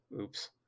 oops